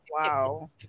Wow